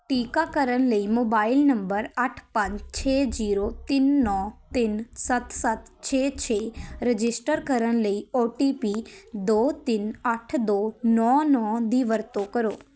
ਟੀਕਾਕਰਨ ਲਈ mobile number ਅੱਠ ਪੰਜ ਛੇ ਜੀਰੋ ਤਿੰਨ ਨੌਂ ਤਿੰਨ ਸੱਤ ਸੱਤ ਛੇ ਛੇ ਰਜਿਸਟਰ ਕਰਨ ਲਈ ਓ ਟੀ ਪੀ ਦੋ ਤਿੰਨ ਅੱਠ ਦੋ ਨੌਂ ਨੌਂ ਦੀ ਵਰਤੋਂ ਕਰੋ